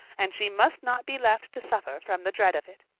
and she must not be left to suffer from the dread of it.